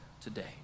today